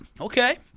Okay